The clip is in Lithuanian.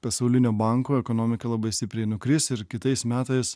pasaulinio banko ekonomika labai stipriai nukris ir kitais metais